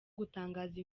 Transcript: gutangaza